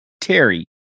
terry